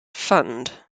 fund